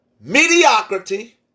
mediocrity